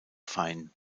fein